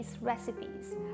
recipes